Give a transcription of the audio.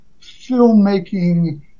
filmmaking